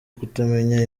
kutamenya